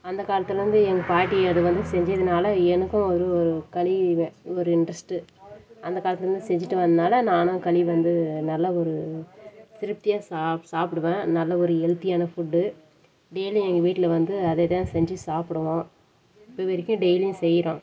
அந்த காலத்துலருந்தே எங்கள் பாட்டி அது வந்து செஞ்சதுனால் எனக்கும் ஒரு ஒரு களி வே ஒரு இன்ட்ரெஸ்ட்டு அந்த காலத்துலருந்து செஞ்சுட்டு வந்தனால நானும் களி வந்து நல்லா ஒரு திருப்தியாக சா சாப்பிடுவேன் நல்ல ஒரு ஹெல்தியான ஃபுட்டு டெய்லி எங்கள் வீட்டில் வந்து அதே தான் செஞ்சு சாப்பிடுவோம் இப்போ வரைக்கும் டெய்லியும் செய்கிறோம்